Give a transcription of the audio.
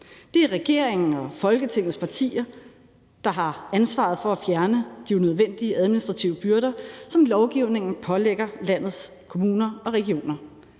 Det er regeringen og Folketingets partier, der har ansvaret for at fjerne de unødvendige administrative byrder, som lovgivningen pålægger landets kommuner og regioner.